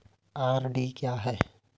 RD क्या है?